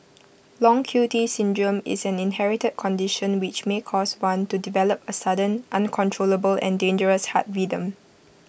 long Q T syndrome is an inherited condition which may cause one to develop A sudden uncontrollable and dangerous heart rhythm